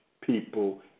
people